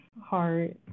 heart